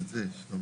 גם זה בהסכמה.